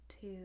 two